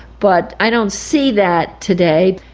but i don't see that today.